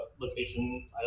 location